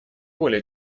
более